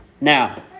now